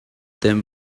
them